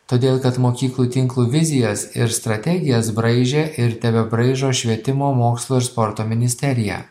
todėl kad mokyklų tinklų vizijas ir strategijas braižė ir tebebraižo švietimo mokslo ir sporto ministerija